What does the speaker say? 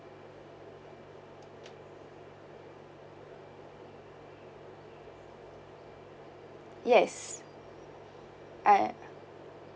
yes I